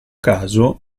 caso